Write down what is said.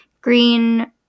green